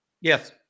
yes